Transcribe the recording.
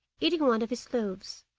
eating one of his loaves.